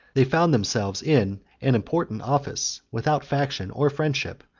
they found themselves in an important office, without faction or friendship,